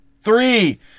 Three